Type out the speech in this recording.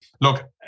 look